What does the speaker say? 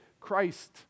Christ